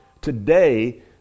Today